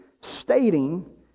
stating